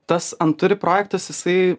tas anturi projektas jisai